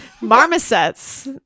marmosets